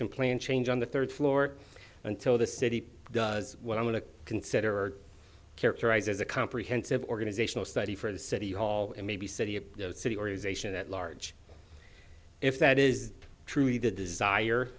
plan change on the third floor until the city does what i want to consider characterize as a comprehensive organizational study for the city hall and maybe city a city organization at large if that is truly the desire